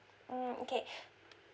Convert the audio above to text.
mm okay